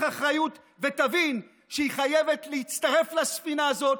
אחריות ותבין שהיא חייבת להצטרף לספינה הזאת,